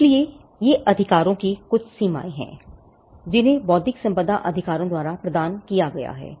इसलिए ये अधिकारों की कुछ सीमाएं हैं जिन्हें बौद्धिक संपदा अधिकारों द्वारा प्रदान किया गया है